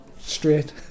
straight